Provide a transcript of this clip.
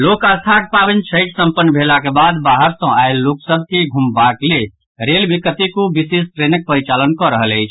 लोक अस्थाक पावनि छठि संपन्न भेलाक बाद बाहर सँ आयल लोक सभ के घुमबाक लेल रेलवे कतेको विशेष ट्रेनक परिचालन कऽ रहल अछि